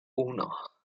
uno